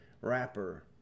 rapper